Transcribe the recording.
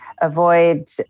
avoid